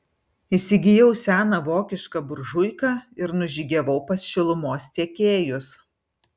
įsigijau seną vokišką buržuiką ir nužygiavau pas šilumos tiekėjus